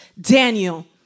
Daniel